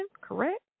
correct